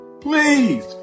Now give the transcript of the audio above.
please